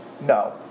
no